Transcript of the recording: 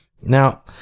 Now